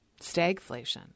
Stagflation